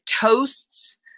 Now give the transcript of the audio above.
toasts